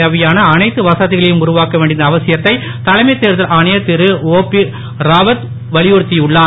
தேவையான எல்லா வசதிகளையும் உருவாக்க வேண்டியதன் அவசியத்தை தலைமை தேர்தல் ஆணையர் திரு ஓபி ராவத் வலியுறுத்தி உள்ளார்